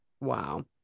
Wow